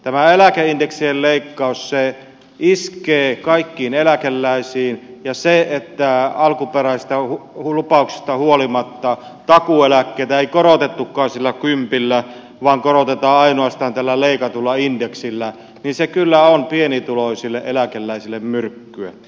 tämä eläkeindeksien leikkaus iskee kaikkiin eläkeläisiin ja se että alkuperäisistä lupauksista huolimatta takuueläkkeitä ei korotettukaan sillä kympillä vaan korotetaan ainoastaan tällä leikatulla indeksillä kyllä on pienituloisille eläkeläisille myrkkyä